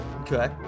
Okay